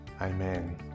amen